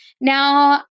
Now